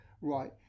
Right